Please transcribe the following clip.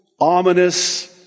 ominous